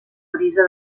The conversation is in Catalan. brisa